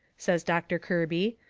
says doctor kirby,